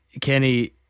Kenny